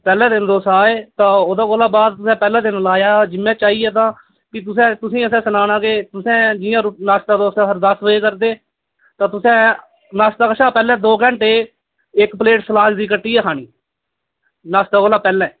पैह्ले दिन तुस आए तां ओह्दे कोला बाद तु'सें पैह्ले दिन लाया जिम च आइयै तां भी तु'सें तु'सें गी असें सनाना के तु'सें जि'यां नाशता तुस अगर दस बजे करदे तां तु'सें नाश्ते कशा पैह्ले दौ घटें इक प्लेट सलाद दी कट्टियै खानी नाश्ते कोला पैह्ले